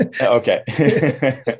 Okay